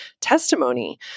testimony